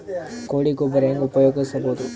ಕೊಳಿ ಗೊಬ್ಬರ ಹೆಂಗ್ ಉಪಯೋಗಸಬಹುದು?